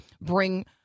bring